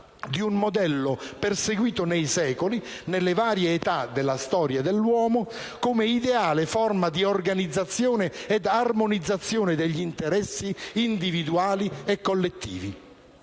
di un modello perseguito nei secoli, nelle varie età della storia dell'uomo, come ideale forma di organizzazione ed armonizzazione degli interessi individuali e collettivi,